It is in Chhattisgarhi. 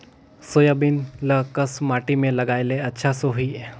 सोयाबीन ल कस माटी मे लगाय ले अच्छा सोही?